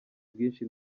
bwinshi